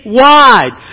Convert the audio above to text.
wide